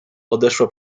odeszła